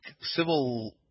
civil